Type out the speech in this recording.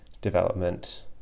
development